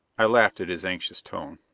i laughed at his anxious tone.